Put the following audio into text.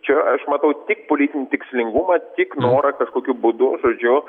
čia aš matau tik politinį tikslingumą tik norą kažkokiu būdu žodžiu